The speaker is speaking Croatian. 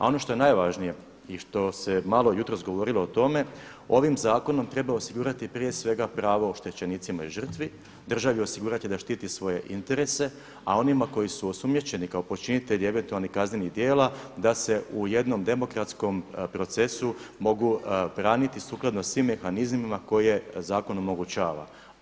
A ono što je najvažnije i što se malo jutros govorilo o tome, ovim zakonom treba osigurati prije svega pravo oštećenicima i žrtvi, državi osigurati da štiti svoje interese, a onima koji su osumnjičeni kao počinitelji eventualnih kaznenih djela da se u jednom demokratskom procesu mogu braniti sukladno svim mehanizmima koje zakon omogućava.